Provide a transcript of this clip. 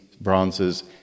bronzes